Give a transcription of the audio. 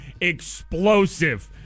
Explosive